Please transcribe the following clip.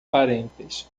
parentes